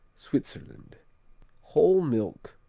switzerland whole milk,